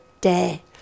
day